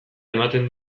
ematen